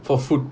for food